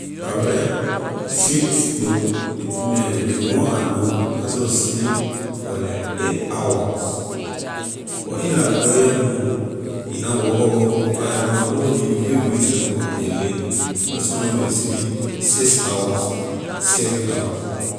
By right ley one I know I so slee for like eight hour but in liberia here you na walkorbor you pa around whole day before you reach to your house a late so sometime we can slee six hour seven hours.